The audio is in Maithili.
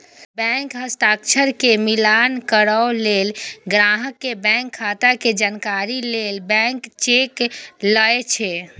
बैंक हस्ताक्षर के मिलान करै लेल, ग्राहक के बैंक खाता के जानकारी लेल ब्लैंक चेक लए छै